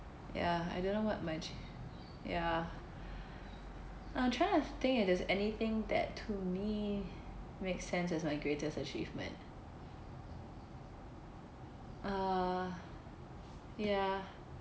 ya I don't know what my ach~ ya I'm trying to think if there's anything that to me makes sense as my greatest achievement uh ya